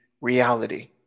reality